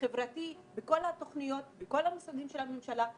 וחברתי בכל התוכניות ובכל משרדי הממשלה,